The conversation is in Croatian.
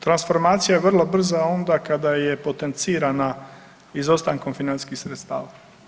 Transformacija je vrlo brza onda kada je potencirana izostankom financijskih sredstava.